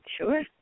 Sure